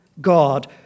God